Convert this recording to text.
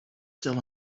still